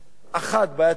האחת, בעיית הדיור,